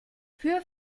für